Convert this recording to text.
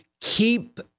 keep